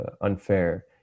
unfair